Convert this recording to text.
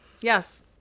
Yes